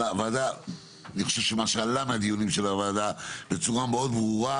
אני חושב שמה שעלה מהדיונים של הוועדה בצורה מאוד ברורה,